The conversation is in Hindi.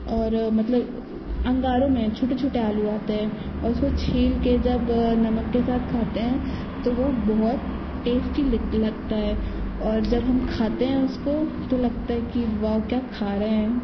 और मतलब अंगारों में छोटे छोटे आलू आते हैं और उसको छिल के जब नमक के साथ खाते हैं तो वो बहुत टेस्टी लिग लगता है और जब हम खाते हैं उसको तो लगता है कि वाउ क्या खा रहे हैं